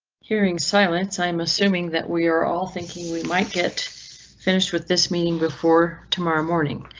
hearing silence, i'm assuming that we are all thinking we might get finished with this meeting before tomorrow morning.